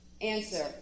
Answer